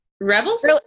Rebels